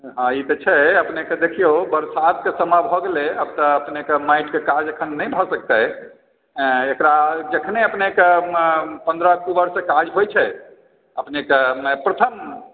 हँ ई तऽ छै अपनेकेँ देखिऔ बरसातके समय भऽ गेलै आब तऽ अपनेकेँ माटिके काज अखन नहि भऽ सकतै आयँ एकरा जखने अपनेकेँ पन्द्रह अक्टूबरसंँ काज होइत छै अपनेकेँ प्रथम